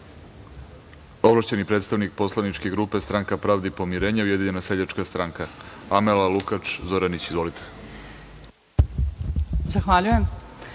grupa? Ovlašćeni predstavnik poslaničke grupe Stranka pravde i pomirenja, Ujedinjena seljačka stranka, Amela Lukač Zoranić. Izvolite. **Amela